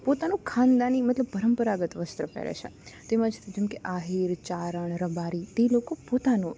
પોતાનું ખાનદાની મતલબ પરંપરાગત વસ્ત્ર પહેરે છે તેમજ જેમ કે આહિર ચારણ રબારી તે લોકો પોતાનું